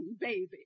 baby